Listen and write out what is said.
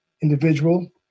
individual